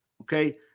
okay